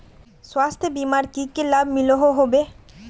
स्वास्थ्य बीमार की की लाभ मिलोहो होबे?